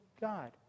god